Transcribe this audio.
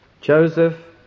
Joseph